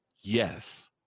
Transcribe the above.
Yes